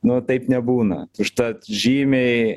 nu taip nebūna užtat žymiai